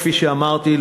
כפי שאמרתי,